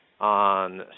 on